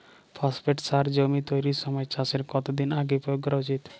Phosphate সার জমি তৈরির সময় চাষের কত দিন আগে প্রয়োগ করা উচিৎ?